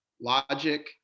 logic